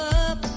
up